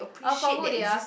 oh for who they are